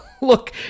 look